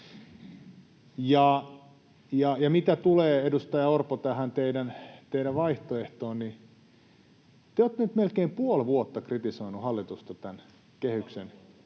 Ja mitä tulee, edustaja Orpo, tähän teidän vaihtoehtoonne, niin te olette nyt melkein puoli vuotta kritisoineet hallitusta [Petteri